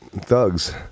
thugs